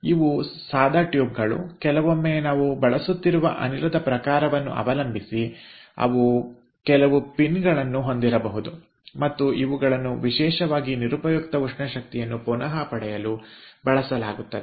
ಇವು ಸಾದಾ ಟ್ಯೂಬ್ಗಳು ಕೆಲವೊಮ್ಮೆ ನಾವು ಬಳಸುತ್ತಿರುವ ಅನಿಲದ ಪ್ರಕಾರವನ್ನು ಅವಲಂಬಿಸಿ ಅವು ಕೆಲವು ಫಿನ್ಗಳನ್ನು ಹೊಂದಿರಬಹುದು ಮತ್ತು ಇವುಗಳನ್ನು ವಿಶೇಷವಾಗಿ ನಿರುಪಯುಕ್ತ ಉಷ್ಣ ಶಕ್ತಿಯನ್ನು ಪುನಃ ಪಡೆಯಲು ಬಳಸಲಾಗುತ್ತದೆ